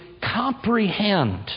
comprehend